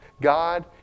God